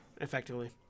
Effectively